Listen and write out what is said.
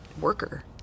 worker